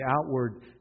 outward